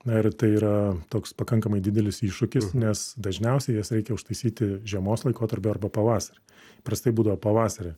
na ir tai yra toks pakankamai didelis iššūkis nes dažniausiai jas reikia užtaisyti žiemos laikotarpiu arba pavasarį prastai būdavo pavasarį